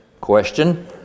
question